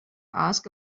ask